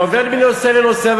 אתה עובר מנושא לנושא,